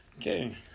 Okay